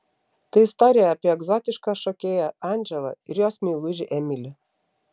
tai istorija apie egzotišką šokėją andželą ir jos meilužį emilį